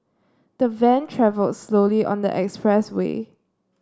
the van travelled slowly on the expressway